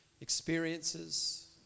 experiences